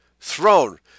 throne